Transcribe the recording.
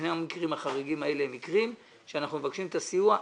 שני המקרים החריגים האלה הם מקרים שאנחנו מבקשים את הסיוע.